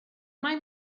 mai